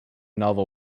novel